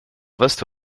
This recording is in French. vaste